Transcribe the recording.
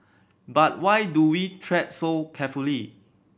but why do we tread so carefully